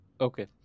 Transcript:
Okay